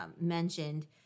mentioned